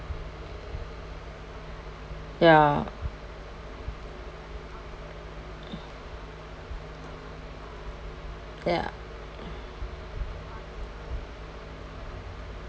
ya ya